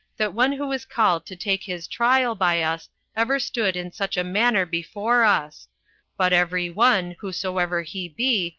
that one who is called to take his trial by us ever stood in such a manner before us but every one, whosoever he be,